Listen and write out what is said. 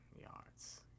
yards